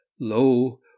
lo